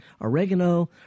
oregano